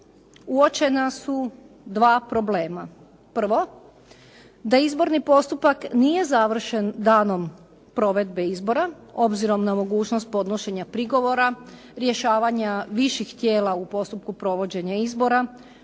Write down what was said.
uočena su dva problema. Prvo, da izborni postupak nije završen danom provedbe izbora, obzirom na mogućnost podnošenja prigovora, rješavanja viših tijela u postupku provođenja izbora,